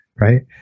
Right